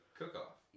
cook-off